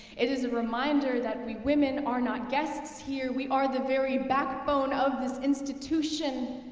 it is a reminder that we women are not guests here. we are the very backbone of this institution.